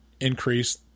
increase